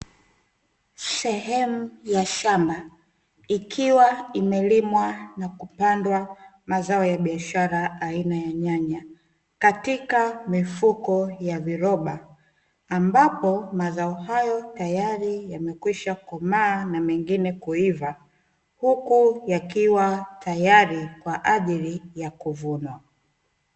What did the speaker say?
Sehemu ya shamba ikiwa imelimwa na kupandwa mazao ya biashara aina ya nyanya katika mifuko ya viroba, ambapo mazao hayo tayari yamekwisha komaa, na mengine kuiva, huku yakiwa tayari kwa ajili ya kuvunwa.